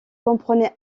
comprenait